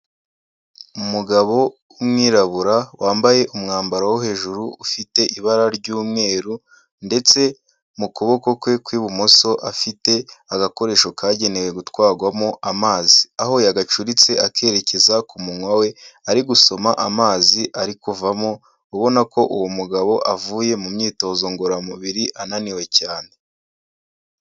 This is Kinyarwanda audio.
Umugabo w'umwirabura wambaye umwambaro wo hejuru ufite ibara ry'umweru ndetse mu kuboko kwe kw'ibumoso afite agakoresho kagenewe gutwarwamo amazi, aho yagacuritse akerekeza ku munwa we, ari gusoma amazi ari kuvamo, ubona ko uwo mugabo avuye mu myitozo ngororamubiri ananiwe cyane.